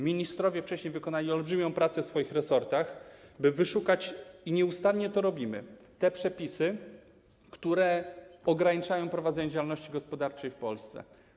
Ministrowie wcześniej wykonali olbrzymią pracę w swoich resortach - i nieustannie to robimy - by wyszukać te przepisy, które ograniczają prowadzenie działalności gospodarczej w Polsce.